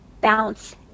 bounce